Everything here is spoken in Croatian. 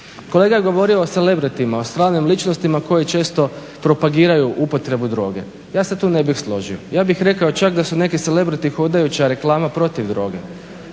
Kolega je govorio o celebritima, o stvarnim ličnostima koji često propagiraju upotrebu droge. Ja se tu ne bih složio, ja bih rekao čak da su neki celebritiji hodajuća reklama protiv droge.